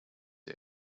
der